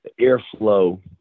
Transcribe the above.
airflow